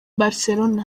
barcelona